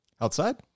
Outside